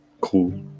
cool